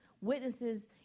witnesses